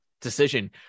decision